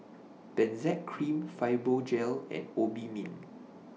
Benzac Cream Fibogel and Obimin